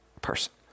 person